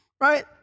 right